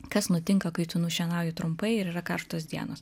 kas nutinka kai tu nušienauji trumpai ir yra karštos dienos